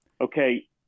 Okay